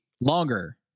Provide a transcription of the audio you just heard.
longer